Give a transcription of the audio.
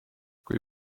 kui